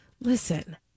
listen